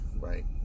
right